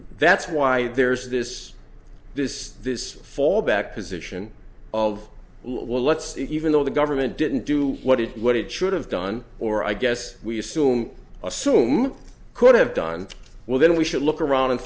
that's why there's this this this fallback position of let's even though the government didn't do what it what it should have done or i guess we assume assume could have done well then we should look around and